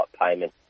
payment